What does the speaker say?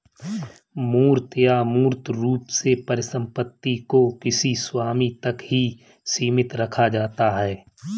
मूर्त या अमूर्त रूप से परिसम्पत्ति को किसी स्वामी तक ही सीमित रखा जाता है